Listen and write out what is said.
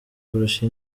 kurusha